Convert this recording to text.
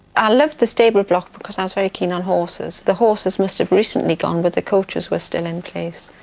i loved the stable block, because i was very keen on horses. the horses must have recently gone, but the coaches were still in place,